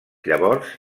llavors